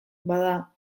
bada